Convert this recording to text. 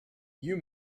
you